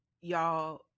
y'all